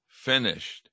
finished